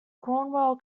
cornwall